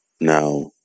Now